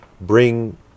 bring